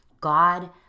God